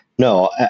No